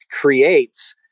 creates